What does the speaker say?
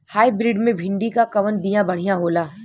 Hybrid मे भिंडी क कवन बिया बढ़ियां होला?